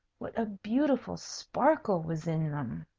what a beautiful sparkle was in them!